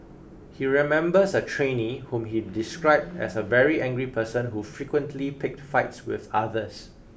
he remembers a trainee whom he described as a very angry person who frequently picked fights with others